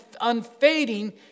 unfading